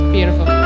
beautiful